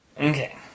Okay